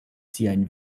siajn